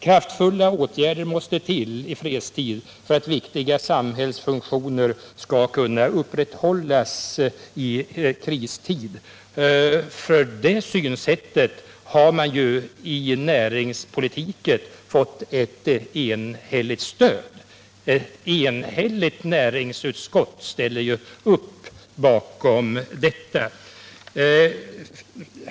Kraftfulla åtgärder i fredstid behövs för att viktiga samrådet hällsfunktioner skall kunna upprätthållas i krigstid. För det synsättet på näringspolitiken har man fått ett enhälligt stöd — ett enigt näringsutskott ställer ju upp bakom detta.